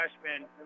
freshman